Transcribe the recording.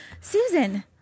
Susan